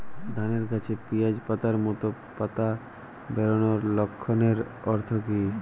ধানের গাছে পিয়াজ পাতার মতো পাতা বেরোনোর লক্ষণের অর্থ কী?